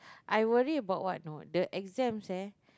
I worry about what you know the exams eh